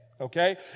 okay